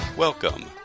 Welcome